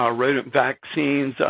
ah rodent vaccines,